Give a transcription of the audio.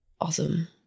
Awesome